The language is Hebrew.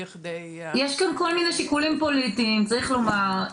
יש כאן כל מיני שיקולים פוליטיים צריך לומר,